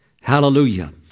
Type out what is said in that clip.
Hallelujah